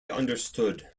understood